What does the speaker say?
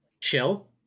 chill